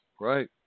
Right